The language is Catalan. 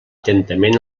atentament